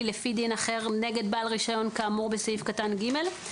לפי דין אחר נגד בעל רישיון כאמור בסעיף קטן (ג),